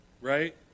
right